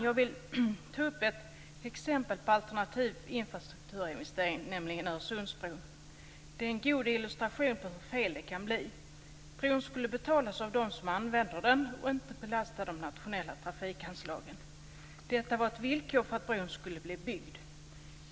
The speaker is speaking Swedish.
Jag vill ta upp ett exempel på en alternativfinansierad infrastrukturinvestering, nämligen Öresundsbron. Den är en god illustration på hur fel det kan bli. Bron skulle betalas av dem som använder den och inte belasta de nationella trafikanslagen. Detta var ett villkor för att bron skulle bli byggd.